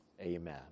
amen